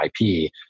IP